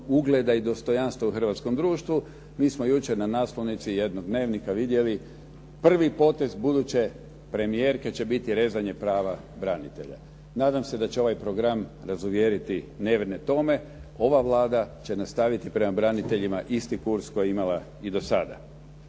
ugleda i dostojanstva u hrvatskom društvu, mi smo jučer na naslovnici jednog dnevnika vidjeli "Prvi potez buduće premijerke će biti rezanje prava branitelja". Nadam se da će ovaj program razuvjeriti nevjerne Tome. Ova Vlada će nastaviti prema braniteljima isti kurs koji je imala i do sada.